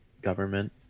Government